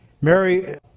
mary